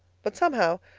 but, somehow,